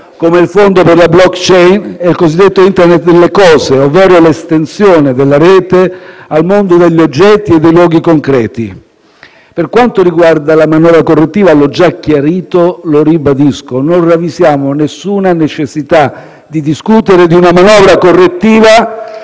come il fondo per la *blockchain* e il cosiddetto «Internet delle cose», ovvero l'estensione della rete al mondo degli oggetti e dei luoghi concreti. Per quanto riguarda la manovra correttiva, l'ho già chiarito e lo ribadisco: non ravvisiamo nessuna necessità di discutere di una manovra correttiva